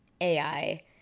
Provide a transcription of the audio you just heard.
AI